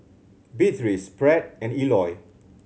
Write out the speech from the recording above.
Beatriz Pratt and Eloy